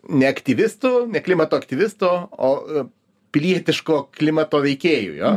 ne aktyvistų ne klimato aktyvistų o pilietiško klimato veikėjų jo